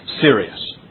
serious